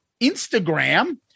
Instagram